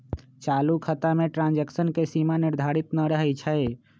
चालू खता में ट्रांजैक्शन के सीमा निर्धारित न रहै छइ